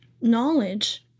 knowledge